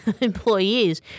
employees